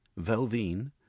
Velvine